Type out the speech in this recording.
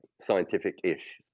scientific-ish